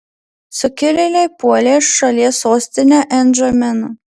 sukilėliai puolė šalies sostinę ndžameną